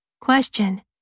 Question